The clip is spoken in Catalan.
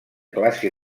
classe